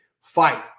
fight